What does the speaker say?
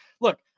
look